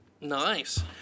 Nice